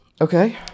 okay